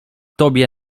tobie